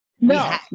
No